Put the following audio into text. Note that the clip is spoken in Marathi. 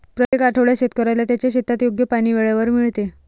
प्रत्येक आठवड्यात शेतकऱ्याला त्याच्या शेतात योग्य पाणी वेळेवर मिळते